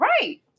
Right